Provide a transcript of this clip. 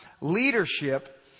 leadership